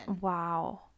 wow